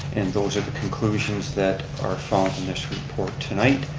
and those are the conclusions that are found in this report tonight.